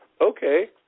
Okay